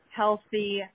healthy